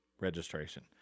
registration